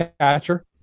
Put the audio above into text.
catcher